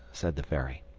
said the fairy.